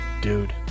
Dude